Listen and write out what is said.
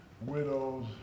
widows